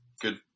good